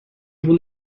bunu